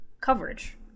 coverage